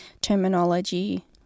terminology